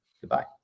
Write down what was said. goodbye